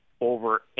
over